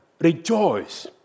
rejoice